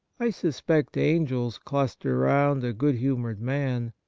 i suspect angels cluster round a good humoured man,